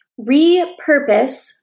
repurpose